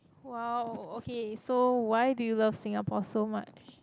!wow! okay so why do you love Singapore so much